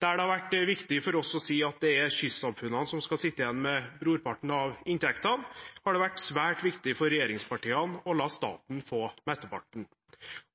Der det har vært viktig for oss å si at det er kystsamfunnene som skal sitte igjen med brorparten av inntektene, har det vært svært viktig for regjeringspartiene å la staten få mesteparten.